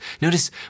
Notice